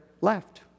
left